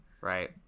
right